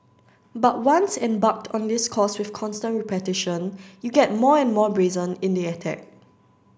but once embarked on this course with constant repetition you get more and more brazen in the attack